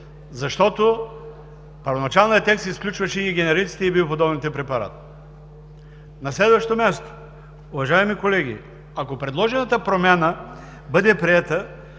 защото първоначалният текст изключваше и генериците, и биоподобните препарати. На следващо място, уважаеми колеги, ако предложената промяна бъде приета,